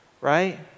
right